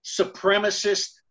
supremacist